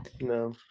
no